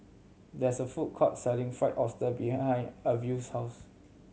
there is a food court selling Fried Oyster behind Arvil's house